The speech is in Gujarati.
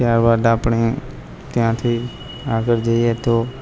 ત્યારબાદ આપણે ત્યાંથી આગળ જઈએ તો